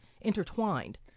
intertwined